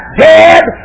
dead